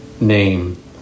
name